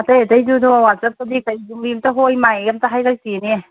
ꯑꯇꯩ ꯑꯇꯩꯗꯨꯁꯨ ꯋꯥꯆꯞꯇꯗꯤ ꯀꯔꯤꯒꯨꯝꯕꯤ ꯑꯝꯇ ꯍꯣꯏ ꯃꯥꯏꯒ ꯑꯝꯇ ꯍꯥꯏꯔꯛꯇꯦꯅꯦ